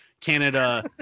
Canada